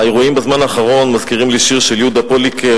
האירועים בזמן האחרון מזכירים לי שיר של יהודה פוליקר,